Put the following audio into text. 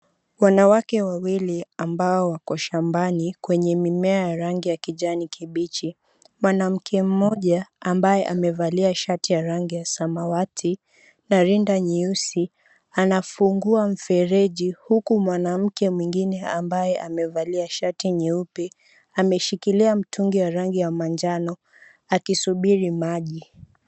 Wanawake wawili ambao wako shambani kwenye mimea ya rangi ya kijani kibichi. Mwanamke mmoja ambaye amevalia shati ya rangi ya samawati na rinda nyeusi anafungua mfereji huku mwanamke mwingine ambaye amevalia shati nyeupe ameshikilia mtungi ya rangi ya manjano akisubiri maji.